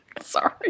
Sorry